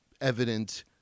evident